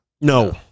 No